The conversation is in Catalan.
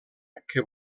que